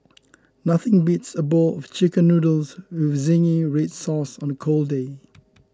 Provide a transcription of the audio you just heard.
nothing beats a bowl of Chicken Noodles with Zingy Red Sauce on a cold day